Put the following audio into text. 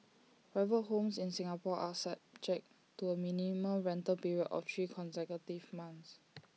private homes in Singapore are subject to A minimum rental period of three consecutive months